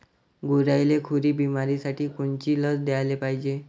गुरांइले खुरी बिमारीसाठी कोनची लस द्याले पायजे?